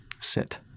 sit